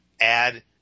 add